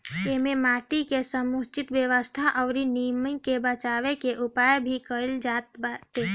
एमे माटी के समुचित व्यवस्था अउरी नमी के बाचावे के उपाय भी कईल जाताटे